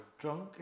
drunk